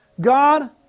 God